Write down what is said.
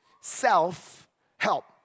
self-help